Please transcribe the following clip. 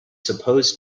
supposed